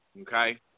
okay